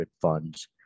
funds